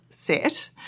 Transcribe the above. Set